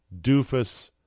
doofus